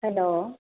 hello